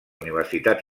universitat